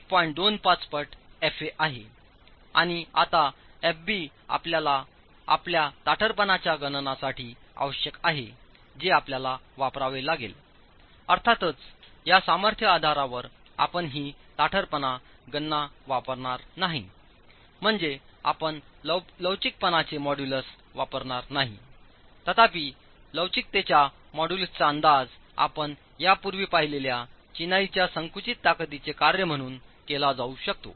25 पट Fa आहेआणि आता Fb आपल्याला आपल्या ताठरपणाच्या गणनासाठी आवश्यक आहे जे आपल्याला वापरावे लागेल अर्थातच या सामर्थ्य आधारावर आपण ही ताठरपणा गणना वापरणार नाही म्हणजे आपण लवचिकपणाचे मॉड्यूलस वापरणार नाहीतथापि लवचिकतेच्या मॉड्यूलसचा अंदाज आपण यापूर्वी पाहिलेल्या चिनाईच्या संकुचित ताकदीचे कार्य म्हणून केला जाऊ शकतो